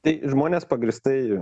tai žmonės pagrįstai